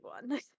one